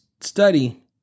study